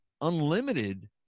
unlimited